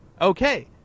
Okay